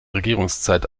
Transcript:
regierungszeit